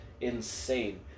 insane